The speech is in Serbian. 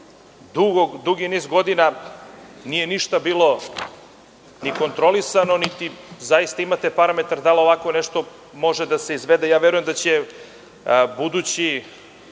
dugi niz godina nije ništa bilo ni kontrolisano niti zaista imate parametar da li ovako nešto može da se izvede. Verujem da će budući